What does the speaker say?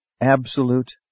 absolute